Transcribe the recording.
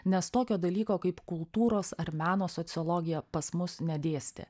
nes tokio dalyko kaip kultūros ar meno sociologija pas mus nedėstė